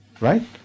Right